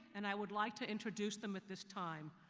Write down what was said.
and i would like to introduce them at this time.